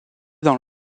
dans